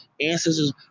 ancestors